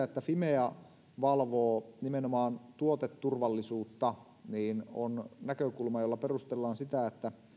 että fimea valvoo nimenomaan tuoteturvallisuutta on näkökulma jolla perustellaan sitä että